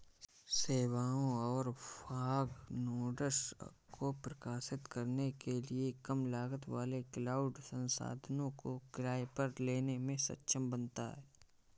सेवाओं और fog nodes को प्रकाशित करने के लिए कम लागत वाले क्लाउड संसाधनों को किराए पर लेने में सक्षम बनाता है